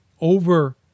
over